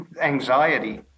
anxiety